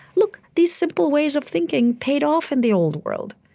look, these simple ways of thinking paid off in the old world.